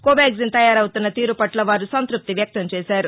కోవాగ్ణిన్ తయారపుతున్న తీరుపట్ల వారు సంతృప్తి వ్యక్తం చేశారు